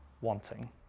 wanting